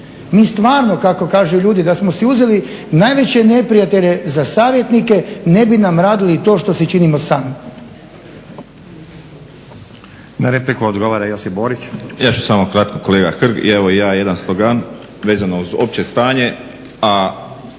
Mi stvarno, kako kažu ljudi da smo si uzeli najveće neprijatelje za savjetnike, ne bi nam radili to što si činimo sami.